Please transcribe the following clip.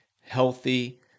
healthy